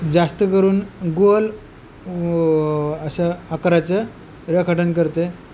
जास्त करून गोल अशा आकराचं रेखाटन करते